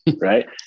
right